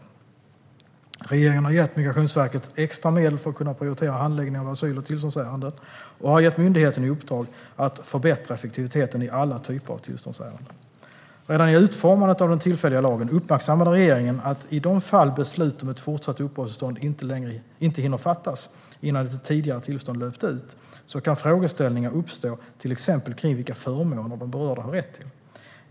Regeringen har gett Migrationsverket extra medel för att kunna prioritera handläggningen av asyl och tillståndsärenden och har gett myndigheten i uppdrag att förbättra effektiviteten i alla typer av tillståndsärenden. Redan vid utformandet av den tillfälliga lagen uppmärksammade regeringen att i de fall beslut om ett fortsatt uppehållstillstånd inte hinner fattas innan ett tidigare tillstånd löpt ut kan frågeställningar uppstå till exempel kring vilka förmåner de berörda har rätt till.